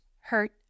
hurt